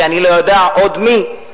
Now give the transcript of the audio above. ואני לא יודע עוד מי,